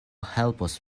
helpos